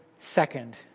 second